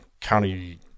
county